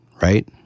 right